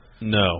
No